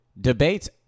Debates